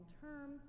term